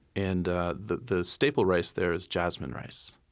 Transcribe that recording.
and ah the the staple rice there is jasmine rice